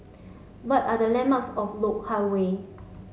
what are the landmarks of Lok Hang Way